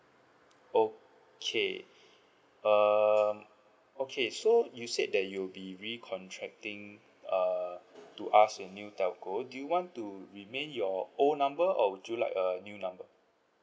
okay um okay so you said that you'll be re contracting uh to us in new telco do you want to remain your old number or would you like a new number